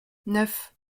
neuf